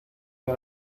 que